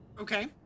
Okay